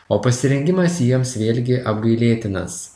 o pasirengimas jiems vėlgi apgailėtinas